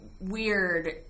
weird